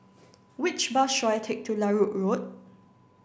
which bus should I take to Larut Road